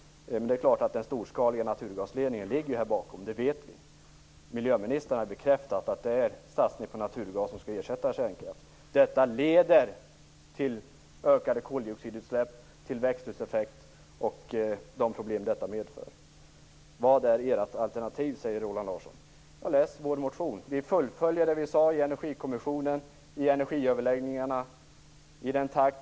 Men det är klart att den storskaliga naturgasledningen ligger här bakom. Det vet vi. Miljöministern har bekräftat att det är en satsning på naturgas som skall ersätta kärnkraften. Detta leder till ökade koldioxidutsläpp, växthuseffekt och de problem detta medför. Vad är ert alternativt? säger Roland Larsson. Läs vår motion! Vi fullföljer det vi sade i Energikommissionen och i energiöverläggningarna.